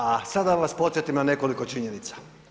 A sad da vas podsjetim na nekoliko činjenica.